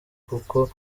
kuko